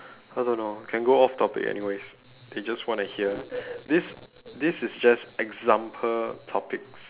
I don't know can go off topic anyways they just wanna hear this this is just example topics